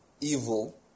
evil